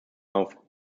auf